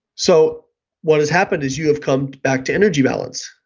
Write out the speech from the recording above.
so what has happened is you have come back to energy balance.